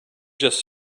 just